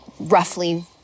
roughly